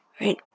right